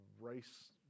Race